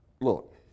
look